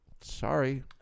Sorry